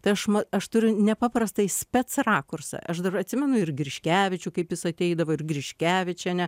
tai aš aš turiu nepaprastai spec rakursą aš dabar atsimenu ir griškevičių kaip jis ateidavo ir griškevičienę